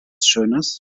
schönes